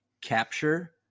capture